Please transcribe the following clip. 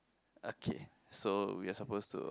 okay so we are supposed to